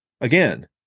Again